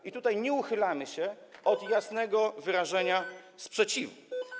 I tutaj nie uchylamy się od jasnego wyrażenia sprzeciwu.